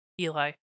Eli